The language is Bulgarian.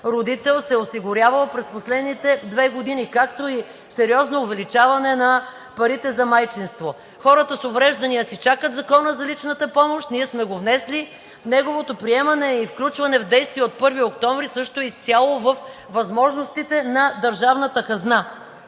родител се е осигурявал през последните две години, както и сериозно увеличаване на парите за майчинство. Хората с увреждания си чакат Закона за личната помощ, ние сме го внесли. Неговото приемане и включване в действие от 1 октомври също е изцяло във възможностите на държавната хазна.